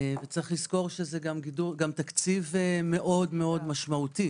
זה גם תקציב מאוד-מאוד משמעותי.